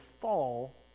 fall